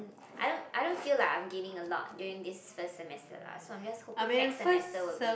I don't I don't feel like I'm gaining a lot during this first semester lah so I'm just hoping next semester will be